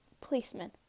Policeman